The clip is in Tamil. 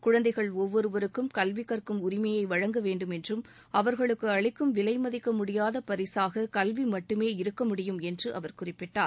குழந்தைகள் ஒவ்வொருவருக்கும் கல்வி கற்கும் உரிமையை வழங்க வேண்டும் என்றம் அவர்களுக்கு அளிக்கும் விலை மதிக்க்முடியாத பரிசாக கல்வி மட்டுமே இருக்க முடியும் என்று அவர் குறிப்பிட்டார்